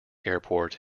airport